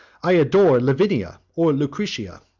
i adore lavinia, or lucretia,